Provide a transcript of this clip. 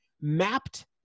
mapped